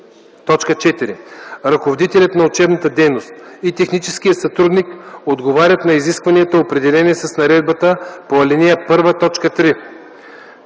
т. 4: „4. ръководителят на учебната дейност и техническият сътрудник отговарят на изискванията, определени с наредбата по ал. 1,